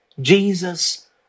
Jesus